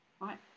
right